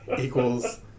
equals